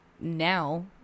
now